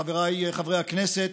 חבריי חברי הכנסת,